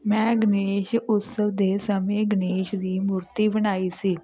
ਮੈਂ ਗਣੇਸ਼ ਉਤਸਵ ਦੇ ਸਮੇਂ ਗਣੇਸ਼ ਦੀ ਮੂਰਤੀ ਬਣਾਈ ਸੀ